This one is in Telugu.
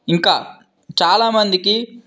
ఇంకా చాలా మందికి